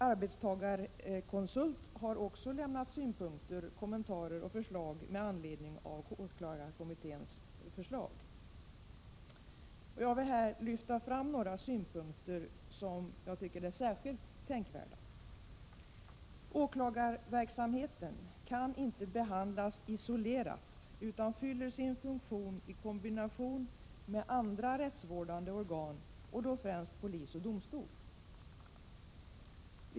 —- Arbetstagarkonsult har också lämnat synpunkter, kommentarer och förslag med anledning av åklagarkommitténs förslag. Jag vill här lyfta fram några synpunkter som är särskilt tänkvärda. — Åklagarverksamheten kan inte behandlas isolerat utan fyller sin funktion i kombination med andra rättsvårdande organ, och då främst polis och domstol.